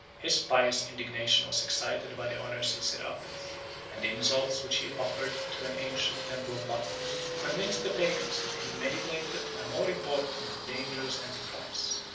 his pious indignation was excited by the honors of serapis and the insults which he offered to an ancient temple of bacchus convinced the pagans that he meditated a more important and dangerous enterprise.